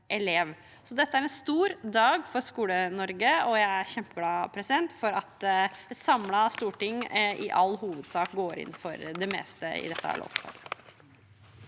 Dette er en stor dag for Skole-Norge, og jeg er kjempeglad for at et samlet storting i all hovedsak går inn for det meste i dette lovforslaget.